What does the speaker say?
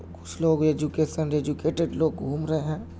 کچھ لوگ education educated لوگ گھوم رہے ہیں